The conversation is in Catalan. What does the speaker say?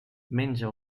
menja